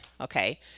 okay